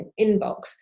inbox